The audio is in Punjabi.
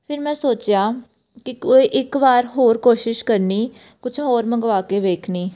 ਫਿਰ ਮੈਂ ਸੋਚਿਆ ਕਿ ਕੋ ਇੱਕ ਵਾਰ ਹੋਰ ਕੋਸ਼ਿਸ਼ ਕਰਨੀ ਕੁਝ ਹੋਰ ਮੰਗਵਾ ਕੇ ਵੇਖਣੀ